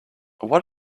why